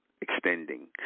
extending